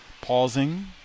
pausing